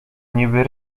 niby